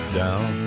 down